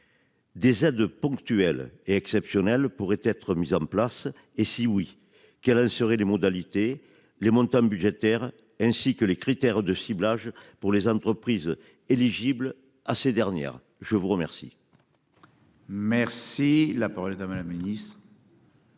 Des aides ponctuelles et exceptionnelles pourraient être mises en place et si oui, quelles en seraient les modalités les montants budgétaires ainsi que les critères de ciblage pour les entreprises éligibles à ces dernières. Je vous remercie. Merci la parole est à madame le Ministre.